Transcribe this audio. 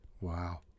Wow